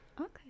Okay